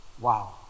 Wow